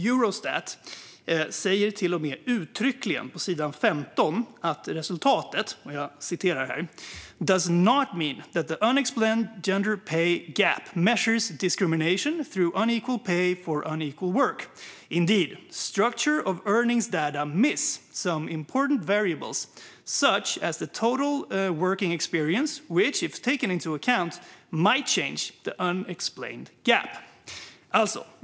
Eurostat säger till och med uttryckligen på sidan 15 att resultatet "does not mean that the unexplained GPG measures discrimination through 'unequal pay for equal work'. Indeed, SES data miss some important variables such as the total working experience, which, if taken into account, might change the unexplained gap."